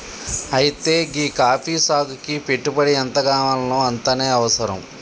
అయితే గీ కాఫీ సాగుకి పెట్టుబడి ఎంతగావాల్నో అంతనే అవసరం